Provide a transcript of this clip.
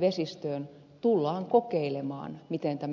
vesistöön tullaan kokeilemaan miten tämä lainsäädäntö toimii